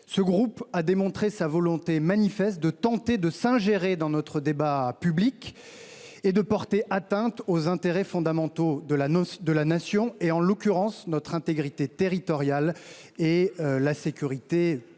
ce groupe a démontré sa volonté manifeste de s’ingérer dans notre débat public et de porter atteinte aux intérêts fondamentaux de la Nation, en l’occurrence notre intégrité territoriale et notre sécurité publique.